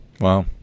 Wow